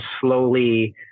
slowly